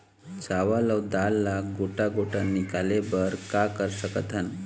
चावल अऊ दाल ला गोटा गोटा निकाले बर का कर सकथन?